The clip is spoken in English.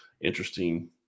interesting